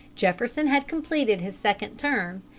jefferson had completed his second term,